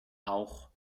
auch